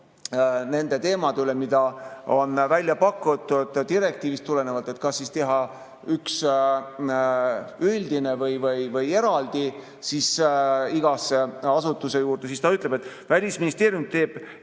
nende teemade üle, mida on välja pakutud direktiivist tulenevalt, kas üks üldine või eraldi iga asutuse juurde. Ta ütleb, et Välisministeerium teeb